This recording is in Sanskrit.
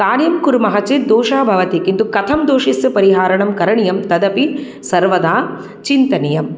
कार्यं कुर्मः चेत् दोषः भवति किन्तु कथं दोषस्य परिहारणं करणीयं तदपि सर्वदा चिन्तनीयम्